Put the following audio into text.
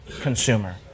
consumer